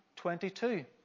22